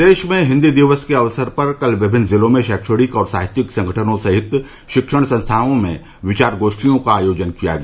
प्रदेश में हिन्दी दिवस के अक्सर पर कल विभिन्न जिलों में शैक्षणिक और साहित्यिक संगठनों सहित शिक्षण संस्थानों में विचार गोष्ठियों का आयोजन किया गया